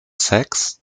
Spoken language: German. sex